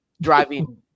driving